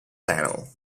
panel